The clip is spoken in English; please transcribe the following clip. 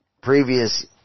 previous